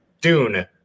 Dune